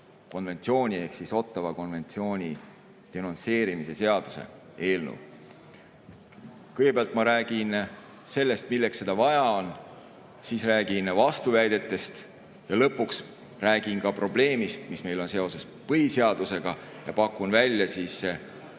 konventsiooni ehk Ottawa konventsiooni denonsseerimise seaduse eelnõu. Kõigepealt räägin sellest, milleks seda [eelnõu] vaja on, siis räägin vastuväidetest ning lõpuks räägin ka probleemist, mis meil on seoses põhiseadusega, ja pakun välja kaks